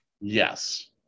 Yes